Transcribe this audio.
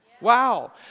Wow